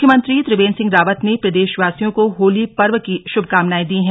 मुख्यमंत्री त्रिवेन्द्र सिंह रावत ने प्रदेशवासियों को होली पर्व की शुभकामनाएं दी हैं